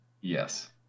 Yes